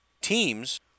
teams